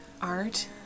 art